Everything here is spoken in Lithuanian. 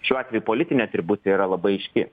šiuo atveju politinė atribucija yra labai aiški